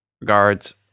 Regards